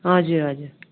हजुर हजुर